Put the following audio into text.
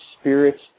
spirits